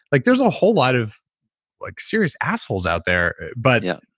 like there's a whole lot of like serious assholes out there. but yeah.